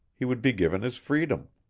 he would be given his freedom.